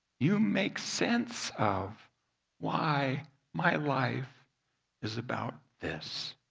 you make sense of why my life is about this.